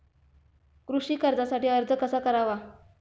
कृषी कर्जासाठी अर्ज कसा करावा?